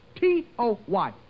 T-O-Y